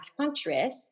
acupuncturist